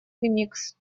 ремикс